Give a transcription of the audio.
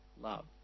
love